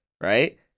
right